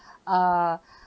err